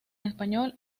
español